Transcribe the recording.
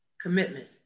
commitment